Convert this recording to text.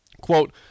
quote